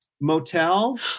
motel